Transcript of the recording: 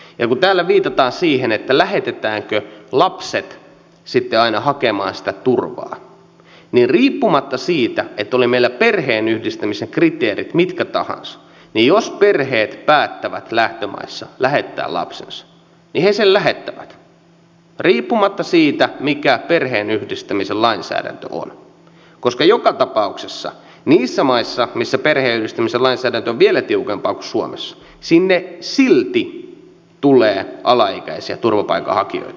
ja kun täällä viitataan siihen lähetetäänkö lapset sitten aina hakemaan sitä turvaa niin olivat meillä perheenyhdistämisen kriteerit mitkä tahansa jos perheet päättävät lähtömaissa lähettää lapsensa niin he tämän lähettävät riippumatta siitä mikä perheenyhdistämisen lainsäädäntö on koska joka tapauksessa niihin maihin missä perheenyhdistämisen lainsäädäntö on vielä tiukempaa kuin suomessa silti tulee alaikäisiä turvapaikanhakijoita